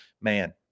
man